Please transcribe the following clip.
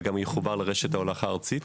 שיחובר לרשת ההולכה הארצית.